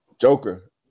Joker